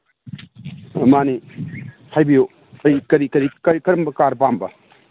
ꯃꯥꯅꯤ ꯍꯥꯏꯕꯤꯌꯨ ꯀꯔꯤ ꯀꯔꯝꯕ ꯀꯥꯔ ꯄꯥꯝꯕ